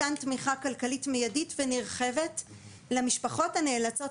מתן תמיכה כלכלית מיידית ונרחבת למשפחות הנאלצות